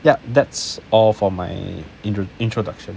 yeah that's all for my intro introduction